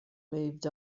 moved